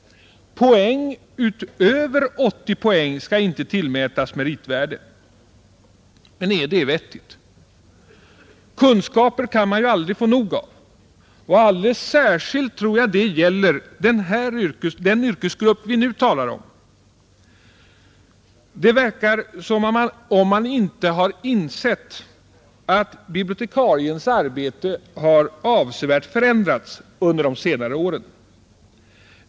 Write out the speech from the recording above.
Poäng utöver 80 poäng skall inte tillmätas meritvärde. Men är det vettigt? Kunskaper kan man aldrig få nog av. Alldeles särskilt tror jag det gäller den yrkesgrupp vi nu talar om. Det verkar som om man inte hade insett att bibliotekariens arbete har avsevärt förändrats under de senare åren.